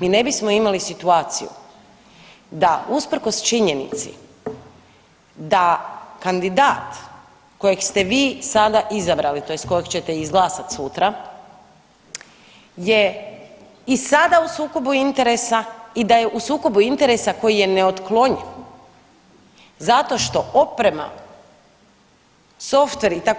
Mi ne bismo imali situaciju da usprkos činjenici da kandidat kojeg ste vi sada izabrali tj. kojeg ćete izglasat sutra je i sada u sukobu interesa i da je u sukobu interesa koji je neotklonjiv zato što oprema softver itd.,